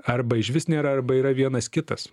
arba išvis nėra arba yra vienas kitas